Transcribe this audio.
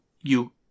you-